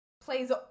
plays